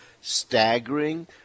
staggering